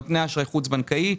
נותני אשראי חוץ בנקאי,